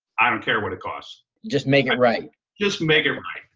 i don't care what it costs. just make it right just make it right.